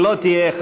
אם לא תהיה,